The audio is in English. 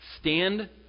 Stand